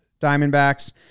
Diamondbacks